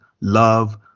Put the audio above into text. love